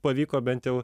pavyko bent jau